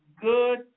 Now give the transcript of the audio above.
good